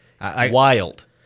Wild